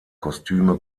kostüme